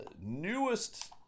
newest